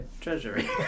treasury